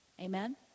Amen